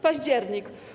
Październik.